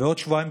ובעוד שבועיים,